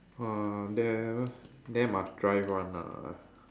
uh there there must drive one ah